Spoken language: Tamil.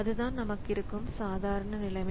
அதுதான் நமக்கு இருக்கும் சாதாரண நிலைமை